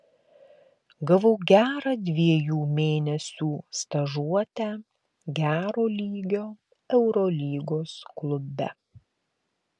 gavau gerą dviejų mėnesių stažuotę gero lygio eurolygos klube